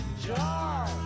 jar